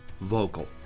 vocal